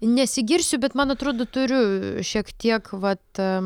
nesigirsiu bet man atrodo turiu šiek tiek vat